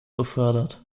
befördert